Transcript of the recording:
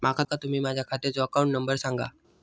माका तुम्ही माझ्या खात्याचो अकाउंट नंबर सांगा?